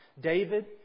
David